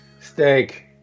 Steak